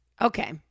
Okay